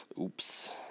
Oops